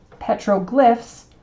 petroglyphs